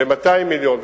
ב-200 מיליון,